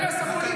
אתה שר האוצר.